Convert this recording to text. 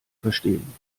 verstehen